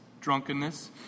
drunkenness